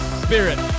spirit